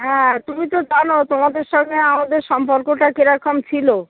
হ্যাঁ তুমি তো জানো তোমাদের সঙ্গে আমাদের সম্পর্কটা কিরকম ছিলো